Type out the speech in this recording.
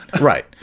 right